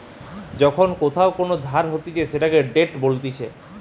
যখন কোথাও কোন ধার হতিছে সেটাকে ডেট বলতিছে